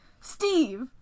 Steve